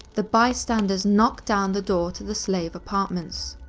the bystanders knocked down the door to the slave apartments.